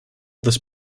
this